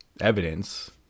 evidence